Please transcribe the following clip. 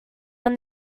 when